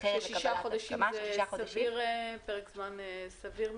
אחרת לקבלת הסכמה --- שישה חודשים זה פרק זמן סביר מבחינתכם?